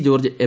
George M